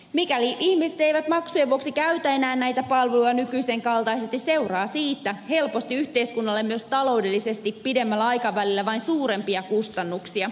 mikäli ihmiset eivät maksujen vuoksi käytä enää näitä palveluja nykyisen kaltaisesti seuraa siitä helposti yhteiskunnalle myös taloudellisesti pidemmällä aikavälillä vain suurempia kustannuksia